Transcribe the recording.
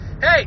Hey